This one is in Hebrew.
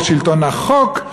ושלטון החוק,